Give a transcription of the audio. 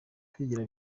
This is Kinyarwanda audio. kwigira